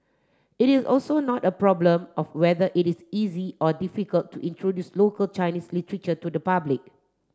it is also not a problem of whether it is easy or difficult to introduce local Chinese literature to the public